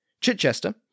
Chichester